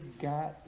got